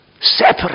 separate